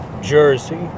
Jersey